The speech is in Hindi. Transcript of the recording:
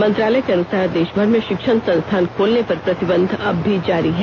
मंत्रालय के अनुसार देशभर में शिक्षण संस्थान खोलने पर प्रतिबंध अब भी जारी है